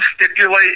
stipulate